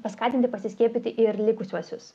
paskatinti pasiskiepyti ir likusiuosius